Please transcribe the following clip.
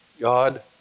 God